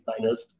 designers